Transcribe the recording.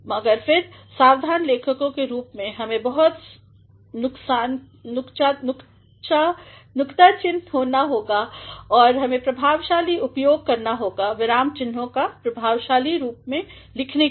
मगर फिर सावधान लेखकों के रूप में हमें बहुत नुकताचीनहोना होगा और हमें प्रभावशाली उपयोग करना होगा विराम चिह्नों का प्रभावशाली रूप में लिखने के लिए